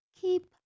Keep